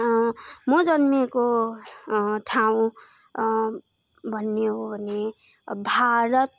म जन्मिएको ठाउँ भन्ने हो भने भारत